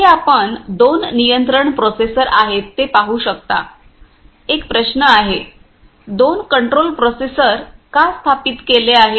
येथे आपण दोन नियंत्रण प्रोसेसर आहेत ते पाहू शकता एक प्रश्न आहे दोन कंट्रोल प्रोसेसर का स्थापित केले आहेत